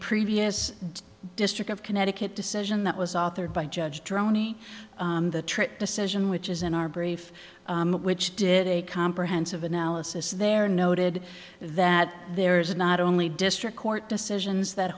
previous district of connecticut decision that was authored by judge droney the trick decision which is in our brief which did a comprehensive analysis there noted that there is not only district court decisions that